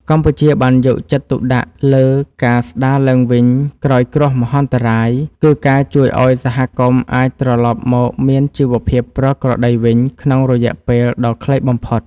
កម្ពុជាបានយកចិត្តទុកដាក់លើការស្តារឡើងវិញក្រោយគ្រោះមហន្តរាយ គឺការជួយឱ្យសហគមន៍អាចត្រឡប់មកមានជីវភាពប្រក្រតីវិញក្នុងរយៈពេលដ៏ខ្លីបំផុត។